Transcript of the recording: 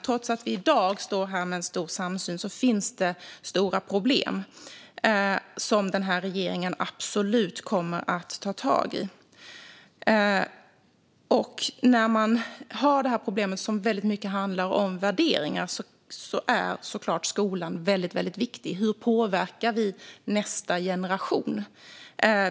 Trots att vi i dag står här med stor samsyn finns det stora problem som den här regeringen absolut kommer att ta tag i. När vi har detta problem, som väldigt mycket handlar om värderingar, är skolan såklart väldigt viktig. Hur påverkar vi nästa generation?